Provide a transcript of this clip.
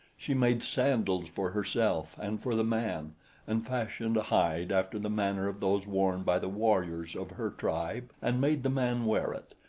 she made sandals for herself and for the man and fashioned a hide after the manner of those worn by the warriors of her tribe and made the man wear it,